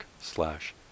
slash